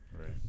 Right